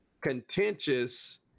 contentious